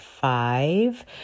five